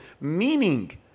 meaning